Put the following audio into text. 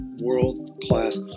world-class